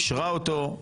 אישרה אותו.